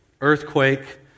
earthquake